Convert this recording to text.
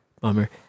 Bummer